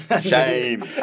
shame